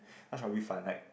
touch rugby fun like